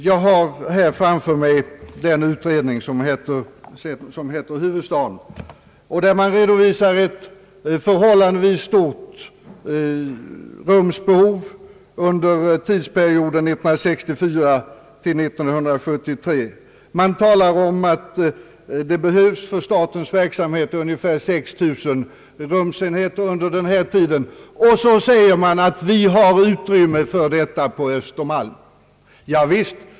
Jag har här framför mig den utredning som heter »Huvudstaden» och där man redovisar ett förhållandevis stort rumsbehov under tidsperioden 1964— 1973. Man talar om att det för statens verksamhet behövs ungefär 6 000 rumsenheter under denna tid, och så säger man att det finns utrymme för detta på Östermalm. Javisst!